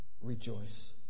rejoice